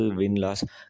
win-loss